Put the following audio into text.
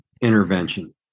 intervention